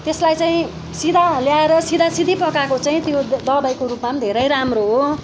त्यसलाई चाहिँ सिधा ल्याएर सिधा सिधी पकाएको चाहिँ त्यो दबाईको रूपमा पनि धेरै राम्रो हो